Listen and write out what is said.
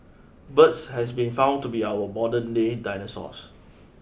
birds has been found to be our modern day dinosaurs